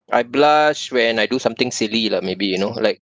I blush when I do something silly lah maybe you know like